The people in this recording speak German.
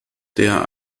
der